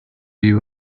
you